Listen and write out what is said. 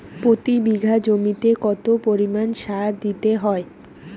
প্রতি বিঘা জমিতে কত পরিমাণ সার দিতে হয়?